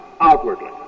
outwardly